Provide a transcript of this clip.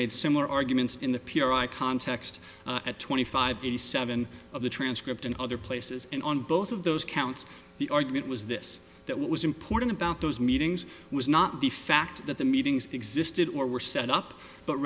made similar arguments in the p r i context at twenty five eighty seven of the transcript and other places and on both of those counts the argument was this that what was important about those meetings was not the fact that the meetings existed or were set up but